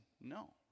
no